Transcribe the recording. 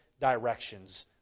directions